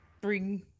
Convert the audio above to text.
bring